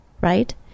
right